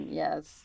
yes